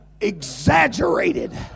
exaggerated